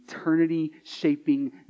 eternity-shaping